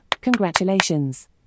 Congratulations